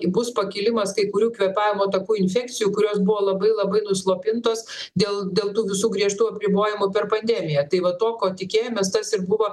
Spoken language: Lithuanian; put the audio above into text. bus pakilimas kai kurių kvėpavimo takų infekcijų kurios buvo labai labai nuslopintos dėl dėl tų visų griežtų apribojimų per pandemiją tai vat to ko tikėjomės tas ir buvo